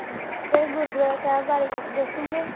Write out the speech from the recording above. sir gurdwara Sahib ਬਾਰੇ ਕੁਛ ਦੱਸੂਗੇ